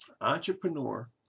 entrepreneur